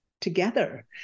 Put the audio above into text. together